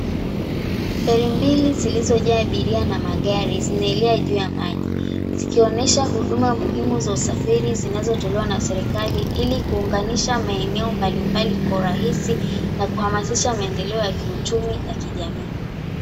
Gari mbili zilizojaa abiria na magari zinalea juu ya maji, zikionesha huduma muhimu za usafiri zinazotolewa na serikali ili kuunganisha maeneo mbalimbali kwa urahisi na kuhamasisha maendeleo ya kiuchumi na kijamii.